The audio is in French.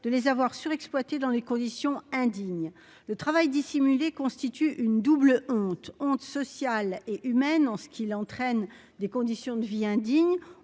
de les avoir surexploité dans les conditions indignes de travail dissimulé constitue une double honte honte sociale et humaine en ce qui l'entraîne des conditions de vie indignes